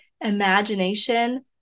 imagination